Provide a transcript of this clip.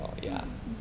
mm mm mm